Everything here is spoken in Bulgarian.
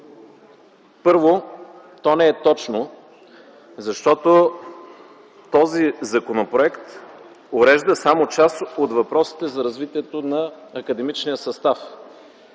Първо, то не е точно, защото този законопроект урежда само част от въпросите за развитието на академичния състав.